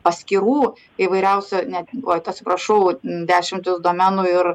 paskyrų įvairiausio ne oi atsiprašau dešimtis domenų ir